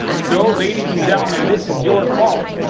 so ladies and gentlemen, this is your fault,